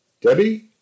Debbie